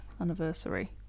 anniversary